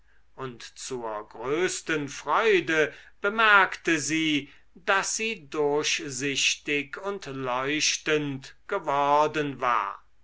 und zur größten freude bemerkte sie daß sie durchsichtig und leuchtend geworden war